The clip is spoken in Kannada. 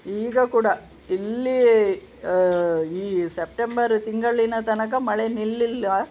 ಈಗ ಕೂಡ ಇಲ್ಲಿ ಈ ಸೆಪ್ಟೆಂಬರ್ ತಿಂಗಳಿನ ತನಕ ಮಳೆ ನಿಲ್ಲಲಿಲ್ಲ